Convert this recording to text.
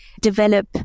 develop